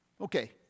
Okay